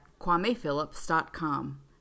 kwamephillips.com